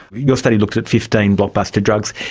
your study looks at fifteen blockbuster drugs.